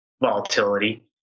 volatility